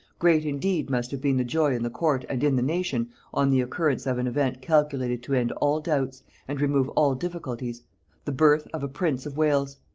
great indeed must have been the joy in the court and in the nation on the occurrence of an event calculated to end all doubts and remove all difficulties the birth of a prince of wales.